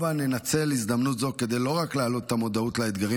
הבה ננצל הזדמנות זו כדי לא רק להעלות את המודעות לאתגרים